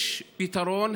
יש פתרון?